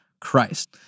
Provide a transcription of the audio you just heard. Christ